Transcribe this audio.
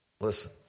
Listen